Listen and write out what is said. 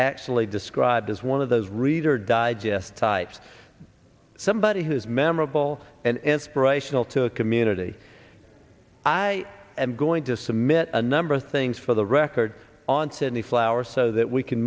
actually described as one of those reader digest type somebody who's memorable and inspirational to a community i i am going to submit a number of things for the record on send me flowers so that we can